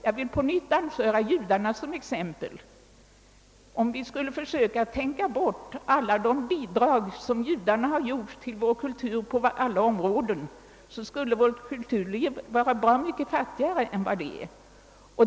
Jag vill på nytt anföra judarna som exempel. Om vi skulle försöka tänka bort alla de bidrag som judarna har gett till vår kultur på alla områden skulle vårt kulturliv te sig bra mycket fattigare än vad det är.